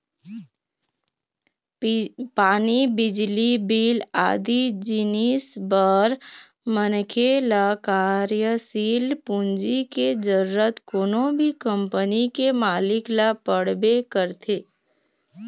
पानी, बिजली बिल आदि जिनिस बर मनखे ल कार्यसील पूंजी के जरुरत कोनो भी कंपनी के मालिक ल पड़बे करथे